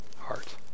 heart